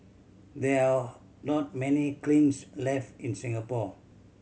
there are not many kilns left in Singapore